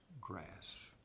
grass